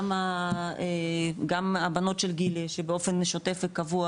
גם הבנות של גילי שבאופן שוטף וקבוע,